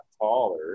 taller